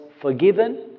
forgiven